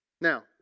Now